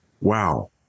wow